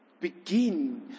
begin